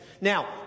now